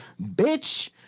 bitch